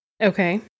Okay